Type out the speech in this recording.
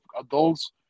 adults